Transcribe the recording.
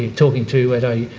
talking to at a